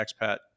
expat